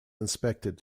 inspected